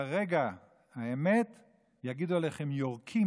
ברגע האמת יגידו עליכם: יורקים,